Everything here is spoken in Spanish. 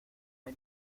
hay